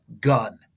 gun